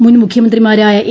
മുൻമൂഖ്യ്മന്ത്രിമാരായ A